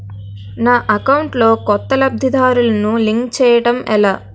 నా అకౌంట్ లో కొత్త లబ్ధిదారులను లింక్ చేయటం ఎలా?